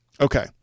Okay